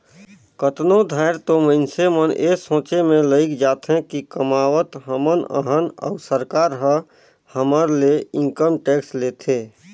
कतनो धाएर तो मइनसे मन ए सोंचे में लइग जाथें कि कमावत हमन अहन अउ सरकार ह हमर ले इनकम टेक्स लेथे